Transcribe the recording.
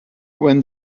when